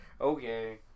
Okay